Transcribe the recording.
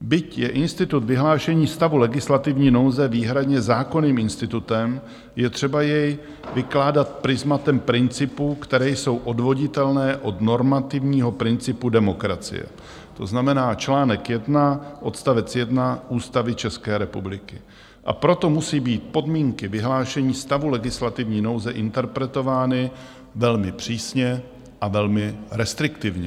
Byť je institut vyhlášení stavu legislativní nouze výhradně zákonným institutem, je třeba jej vykládat prizmatem principů, které jsou odvoditelné od normativního principu demokracie, to znamená čl 1 odst. 1 Ústavy České republiky, a proto musí být podmínky vyhlášení stavu legislativní nouze interpretovány velmi přísně a velmi restriktivně.